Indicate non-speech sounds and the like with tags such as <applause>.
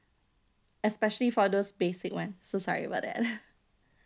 especially for those basic [one] so sorry about that <laughs>